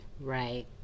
Right